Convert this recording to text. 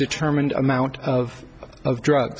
determined amount of of drugs